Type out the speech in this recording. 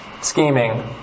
scheming